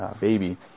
baby